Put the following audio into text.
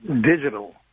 digital